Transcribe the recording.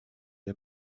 der